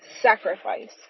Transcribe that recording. sacrifice